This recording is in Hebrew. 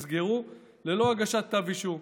נסגרו ללא הגשת כתב אישום.